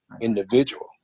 individual